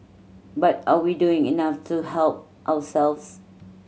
but are we doing enough to help ourselves